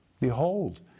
behold